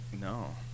no